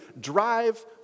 Drive